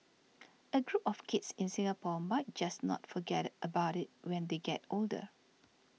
a group of kids in Singapore might just not forget about it when they get older